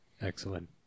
Excellent